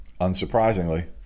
unsurprisingly